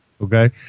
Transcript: Okay